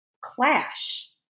clash